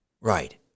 Right